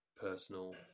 personal